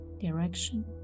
direction